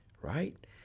right